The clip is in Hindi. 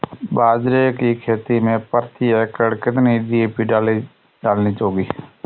बाजरे की खेती में प्रति एकड़ कितनी डी.ए.पी डालनी होगी?